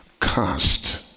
cast